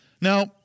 Now